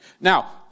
Now